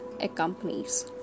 accompanies